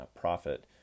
profit